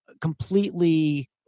completely